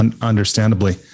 understandably